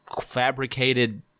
fabricated